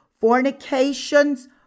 fornications